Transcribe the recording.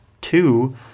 Two